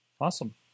Awesome